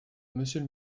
monsieur